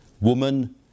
Woman